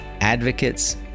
advocates